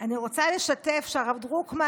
אני רוצה לשתף שהרב דרוקמן,